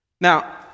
Now